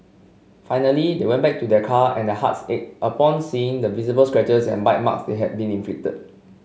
finally they went back to their car and hearts ached upon seeing the visible scratches and bite marks they had been inflicted